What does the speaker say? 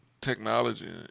technology